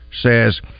says